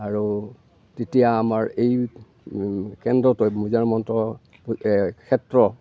আৰু তেতিয়া আমাৰ এই কেন্দ্ৰটোৱে মোজাৰাম মহন্ত ক্ষেত্ৰ